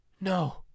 No